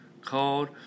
called